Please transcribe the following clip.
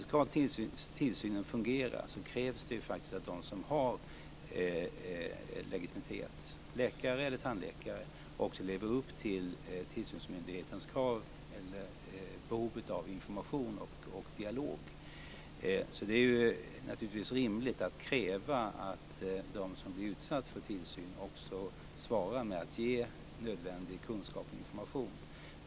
Ska tillsynen fungera krävs det att de som har legitimitet - läkare eller tandläkare - också lever upp till tillsynsmyndighetens krav och behov av information och dialog. Det är naturligtvis rimligt att kräva att de som blir utsatta för tillsyn också svarar med att ge nödvändig kunskap och information.